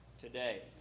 today